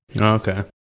Okay